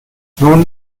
nun